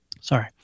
Sorry